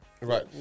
Right